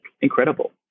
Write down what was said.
incredible